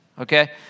Okay